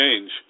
change